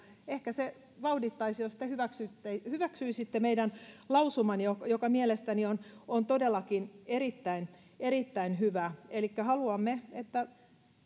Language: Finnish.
ehkä se vauhdittaisi jos te hyväksyisitte hyväksyisitte meidän lausumamme joka joka mielestäni on on todellakin erittäin erittäin hyvä elikkä haluamme että